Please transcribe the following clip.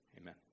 amen